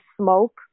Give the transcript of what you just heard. smoke